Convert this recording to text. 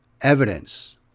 evidence